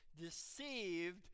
deceived